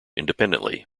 independently